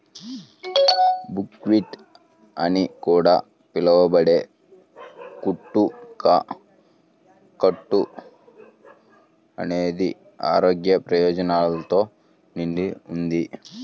buckwheat అని కూడా పిలవబడే కుట్టు కా అట్ట అనేది ఆరోగ్య ప్రయోజనాలతో నిండి ఉంది